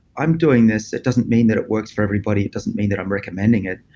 i'm doing this. it doesn't mean that it works for everybody. it doesn't mean that i'm recommending it.